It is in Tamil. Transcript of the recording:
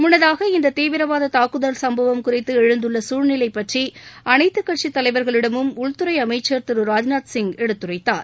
முன்னதாக இந்த தீவிரவாத தாக்குதல் சுப்பவம் குறித்து எழுந்துள்ள சூழ்நிலை பற்றி அனைத்து கட்சித் தலைவர்களிடமும் உள்துறை அமைச்சர் திரு ராஜ்நாத்சிங் எடுத்துரைத்தார்